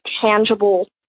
tangible